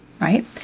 right